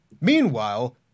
Meanwhile